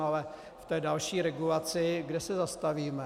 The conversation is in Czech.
Ale v té další regulaci kde se zastavíme?